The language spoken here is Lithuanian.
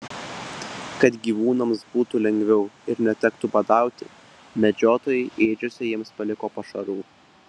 kad gyvūnams būtų lengviau ir netektų badauti medžiotojai ėdžiose jiems paliko pašarų